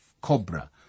cobra